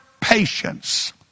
patience